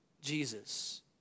Jesus